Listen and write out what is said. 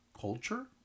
culture